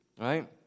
Right